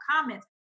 comments